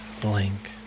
Blank